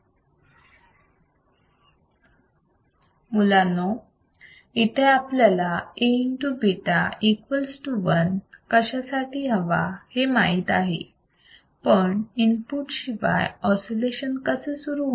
मुलांनो इथे आपल्याला A β equals to 1 कशासाठी हवा हे माहित आहे पण इनपुट शिवाय ऑसिलेशन कसे सुरू होणार